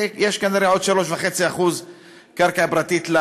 ויש כנראה עוד 3.5% קרקע פרטית,